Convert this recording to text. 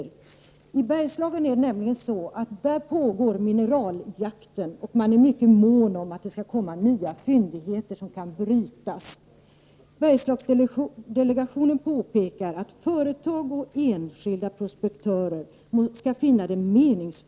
Dock krävs ett någorlunda förutsebart samband mellan undersökning och tillstånd till bearbetning. Det samband som i dag finns i gruvlagen mellan undersökning, fynd och bearbetning finns inte klart uttalat i det nya lagförslaget. Spelreglerna blir således försämrade. Jag vill fråga Mats Lindberg om socialdemokraterna egentligen vet vad som, enligt den här nya lagen, kommer att gälla beträffande anpassningen till naturresurslagen. Oklarhet råder om lagens genomslag.